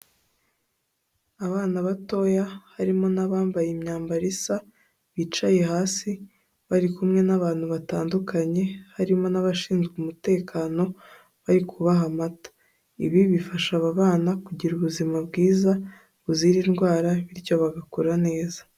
Abana batoya harimo n'abambaye imyambaro isa, bicaye hasi, bari kumwe n'abantu batandukanye, harimo n'abashinzwe umutekano, bari kubaha amata, ibi bifasha aba bana kugira ubuzima bwiza, buzira indwara, bityo bagakura neza.